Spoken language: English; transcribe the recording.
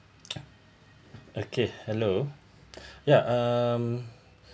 okay hello ya um